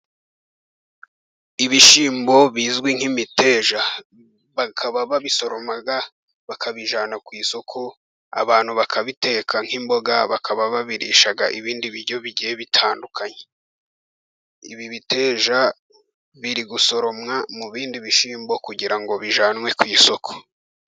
Ibishyimbo bizwi nk'imiteja, bakaba babisoroma bakabijyana ku isoko, abantu bakabiteka nk'imboga, bakaba babirisha ibindi biryo bigiye bitandukanye. Iyi miteja iri gusoromwa mu bindi bishyimbo, kugira ngo ijyanwe ku isoko.